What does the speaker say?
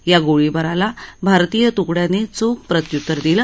या गोळीबाराला भारतीय तुकड्यांनी चोख प्रत्यूतर दिलं